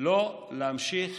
לא להמשיך